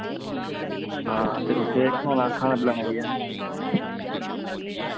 आं ते उत्थें खलाना पिलाना केह् ऐ